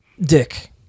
Dick